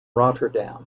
rotterdam